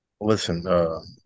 Listen